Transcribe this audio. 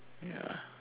ya